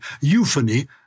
Euphony